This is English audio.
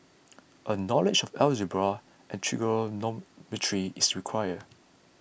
a knowledge of algebra and trigonometry is required